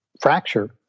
fracture